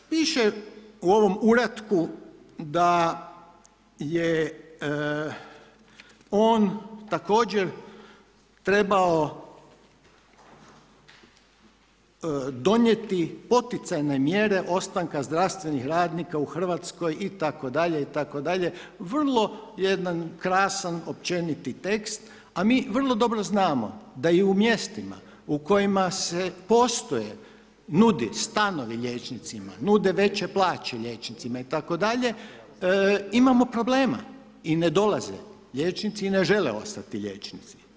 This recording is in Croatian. Piše u ovom uratku da je on također trebao donijeti poticajne mjere ostanka zdravstvenih radnika u Hrvatskoj itd., itd., vrlo jedan krasan općeniti tekst a mi vrlo dobro znamo da i u mjestima u kojima postoje, nude stanovi liječnicima, nude veće plaće liječnicima, itd., imamo problema i ne dolaze liječnici i ne žele ostati liječnici.